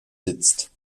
sitzt